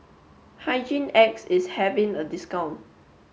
Hygin X is having a discount